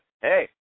hey